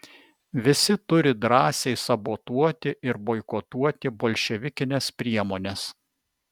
visi turi drąsiai sabotuoti ir boikotuoti bolševikines priemones